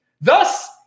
Thus